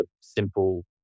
simple